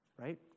Right